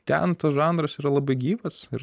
ten tas žanras yra labai gyvas ir